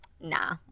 nah